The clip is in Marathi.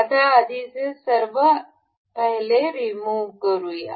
आता आधीचे सर्व रिमुव्ह करूया